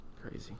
Crazy